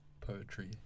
poetry